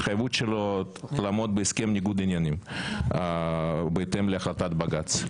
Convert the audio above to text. ההתחייבות שלו לעמוד בהסכם ניגוד העניינים בהתאם להחלטת בג"צ.